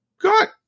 got